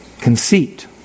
Conceit